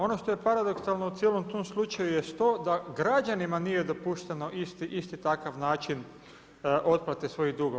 Ono što je paradoksalno u cijelom tom slučaju jest to da građanima nije dopušteno isti takav način otplate svojih dugova.